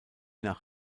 nach